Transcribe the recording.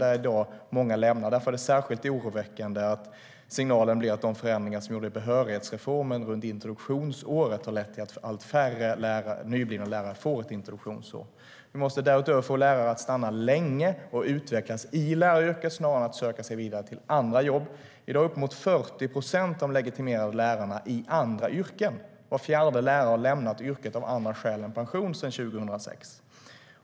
Där är det i dag många som lämnar, och därför är det särskilt oroväckande att signalen blir att de förändringar vi gjorde i behörighetsreformen under introduktionsåret har lett till att allt färre nyblivna lärare får ett introduktionsår. För det fjärde måste vi få lärare att stanna länge och utvecklas i läraryrket snarare än söka sig vidare till andra jobb. I dag är uppemot 40 procent av de legitimerade lärarna i andra yrken, och var fjärde lärare har lämnat yrket av andra skäl än pension sedan 2006.